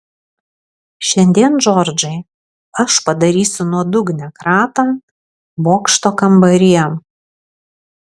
šiandien džordžai aš padarysiu nuodugnią kratą bokšto kambaryje